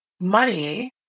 money